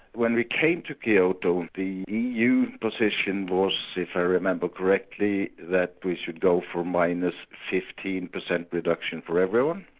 when we came to kyoto the eu position was, if i remember correctly, that we should go for minus fifteen percent reduction for everyone,